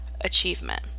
achievement